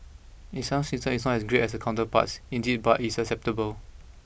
its sound system is not as great as the counterparts indeed but it is acceptable